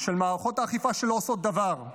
של מערכות האכיפה, שלא עושות דבר.